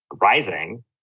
rising